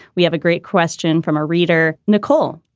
we have a great question from our reader. nicole,